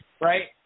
right